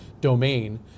domain